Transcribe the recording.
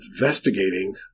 investigating